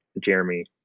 Jeremy